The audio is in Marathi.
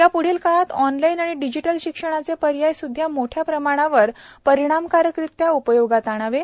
याप्ढील काळात ऑनलाईन आणि डिजिटल शिक्षणाचे पर्याय सुद्धा मोठ्या प्रमाणावर परिणामकारकरित्या उपयोगात आणावेत